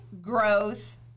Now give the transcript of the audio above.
growth